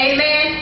Amen